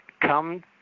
come